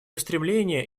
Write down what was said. устремления